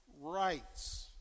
rights